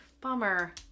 bummer